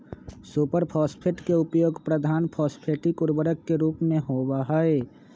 super phosphate के उपयोग प्रधान फॉस्फेटिक उर्वरक के रूप में होबा हई